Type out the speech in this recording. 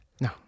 No